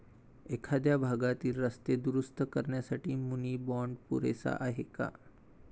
एखाद्या भागातील रस्ते दुरुस्त करण्यासाठी मुनी बाँड पुरेसा आहे का?